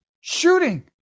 Shooting